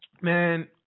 Man